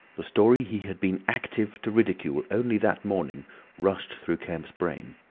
the story he had been active to ridicule only that morning rushed through kemp's brain.